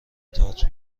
تئاتر